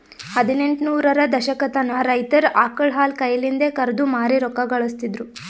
ಹದಿನೆಂಟ ನೂರರ ದಶಕತನ ರೈತರ್ ಆಕಳ್ ಹಾಲ್ ಕೈಲಿಂದೆ ಕರ್ದು ಮಾರಿ ರೊಕ್ಕಾ ಘಳಸ್ತಿದ್ರು